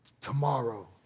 tomorrow